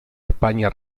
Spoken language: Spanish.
españa